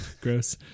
Gross